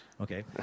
Okay